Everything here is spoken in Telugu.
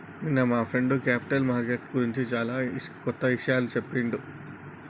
నిన్న మా ఫ్రెండు క్యేపిటల్ మార్కెట్ గురించి చానా కొత్త ఇషయాలు చెప్పిండు